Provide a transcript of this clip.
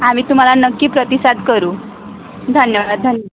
आम्ही तुम्हाला नक्की प्रतिसाद करू धन्यवाद धन्यवाद